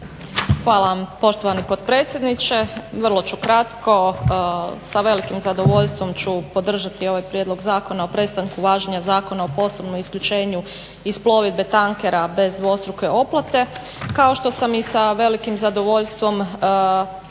vam poštovani potpredsjedniče. Vrlo ću kratko, sa velikim zadovoljstvom ću podržati ovaj Prijedlog zakona o prestanku važenja zakona o postupnom isključenju iz plovidbe tankera bez dvostruke oplate. Kao što sam i sa velikim zadovoljstvom